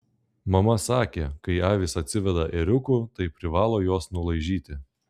mama sakė kai avys atsiveda ėriukų tai privalo juos nulaižyti